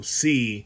see